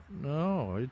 No